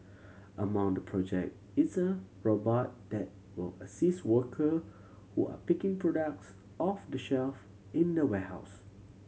among the project is a robot that will assist worker who are picking products off the shelf in warehouse